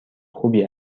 خوبی